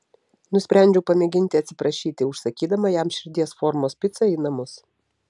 nusprendžiau pamėginti atsiprašyti užsakydama jam širdies formos picą į namus